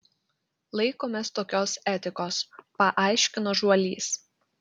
laikomės tokios etikos paaiškino žuolys